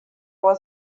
was